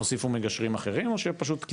הוסיפו מגשרים אחרים, או שפשוט?